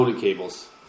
cables